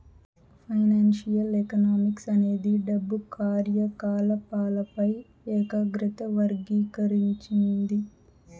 financial economics అనేది డబ్బు కార్యకాలపాలపై ఏకాగ్రత వర్గీకరించింది